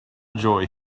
joy